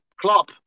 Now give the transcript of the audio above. Klopp